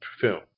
film